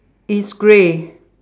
it's grey